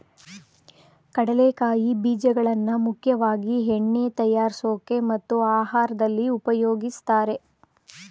ಕಡಲೆಕಾಯಿ ಬೀಜಗಳನ್ನಾ ಮುಖ್ಯವಾಗಿ ಎಣ್ಣೆ ತಯಾರ್ಸೋಕೆ ಮತ್ತು ಆಹಾರ್ದಲ್ಲಿ ಉಪಯೋಗಿಸ್ತಾರೆ